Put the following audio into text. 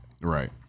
Right